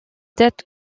date